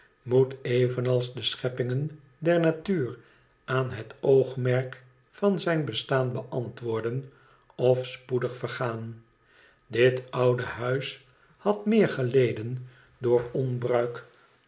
moet evenals de scheppingen der natuur aan het oogmerk van zijn bestaan beantwoorden of spoedig vergaan dit oude huis had meer geleden door onbruik